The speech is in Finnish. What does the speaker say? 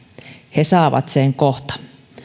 he saavat sen kohta